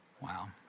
Wow